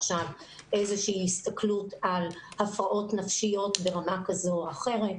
יש עכשיו איזושהי הסתכלות על הפרעות נפשיות ברמה כזו או אחרת,